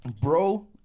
bro